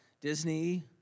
Disney